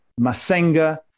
Masenga